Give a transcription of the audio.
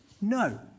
no